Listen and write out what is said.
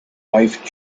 wife